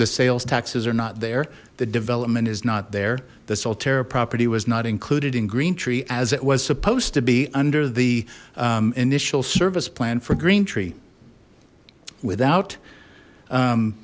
the sales taxes are not there the development is not there the solteira property was not included in green tree as it was supposed to be under the initial service plan for green tree without